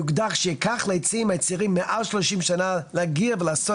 יוגדר שכך לעצים הצעירים מעל 30 שנה להגיע ולעשות